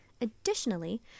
Additionally